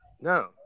No